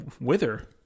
Wither